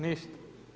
Niste.